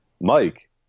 Mike